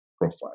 profile